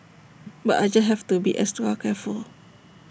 but I just have to be extra careful